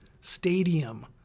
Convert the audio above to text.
stadium